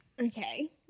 Okay